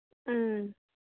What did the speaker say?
ꯎꯝ